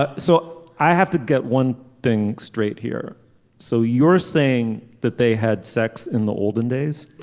but so i have to get one thing straight here so you're saying that they had sex in the olden days